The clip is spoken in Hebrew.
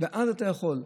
ואז אתה יכול.